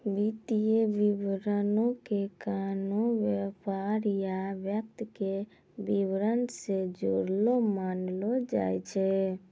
वित्तीय विवरणो के कोनो व्यापार या व्यक्ति के विबरण से जुड़लो मानलो जाय छै